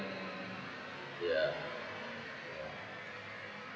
ya